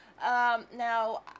Now